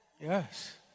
Yes